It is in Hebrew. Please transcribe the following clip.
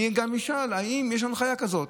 אני גם אשאל אם יש הנחיה כזאת.